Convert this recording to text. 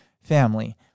family